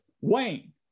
Wayne